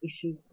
issues